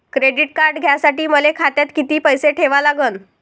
Credit card घ्यासाठी मले खात्यात किती पैसे ठेवा लागन?